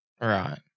Right